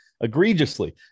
egregiously